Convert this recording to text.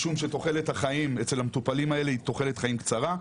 משום שתוחלת החיים אצל המטופלים האלה היא תוחלת חיים קצרה,